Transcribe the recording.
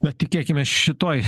nu tikėkimės šitoj